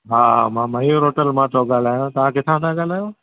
हा मां मयूर होटल मां थो ॻाल्हायां तव्हां किथां था ॻाल्हायो